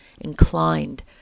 inclined